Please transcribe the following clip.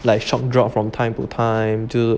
like sharp drop from time to time 就是